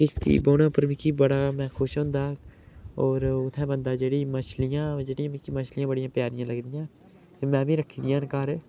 किश्ती बौह्णे उप्पर मिगी बड़ा में खुश होंदा होर उत्थें बन्दा जेह्ड़ी मछलियां जेह्ड़ियां मिगी मछलियां बड़ियां प्यारियां लगदियां में बी रक्खी दियां न घर